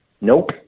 nope